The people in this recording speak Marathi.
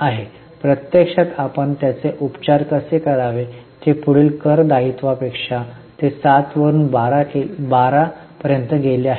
आहे प्रत्यक्षात आपण त्याचे उपचार कसे करावे ते पुढील कर दायित्वापेक्षा ते 7 वरून 12 पर्यंत गेले आहे